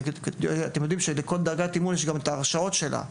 אתם יודעים שלכל דרגת אימון יש גם את ההרשאות שלה.